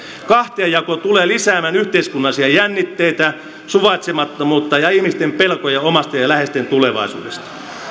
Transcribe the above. kahtiajako tulee lisäämään yhteiskunnallisia jännitteitä suvaitsemattomuutta ja ihmisten pelkoja omasta ja läheisten tulevaisuudesta